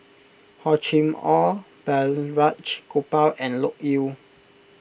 Hor Chim or Balraj Gopal and Loke Yew